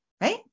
right